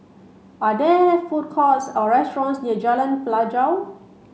are there food courts or restaurants near Jalan Pelajau